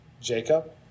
Jacob